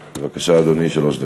בבקשה, אדוני, שלוש דקות.